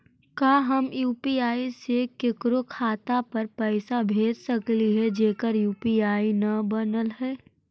का हम यु.पी.आई से केकरो खाता पर पैसा भेज सकली हे जेकर यु.पी.आई न बनल है?